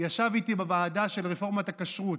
ישב איתי בוועדה של רפורמת הכשרות,